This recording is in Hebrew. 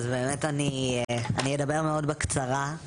אז באמת אני, אני אדבר מאוד בקצרה.